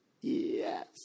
yes